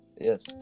Yes